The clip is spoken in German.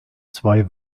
zwei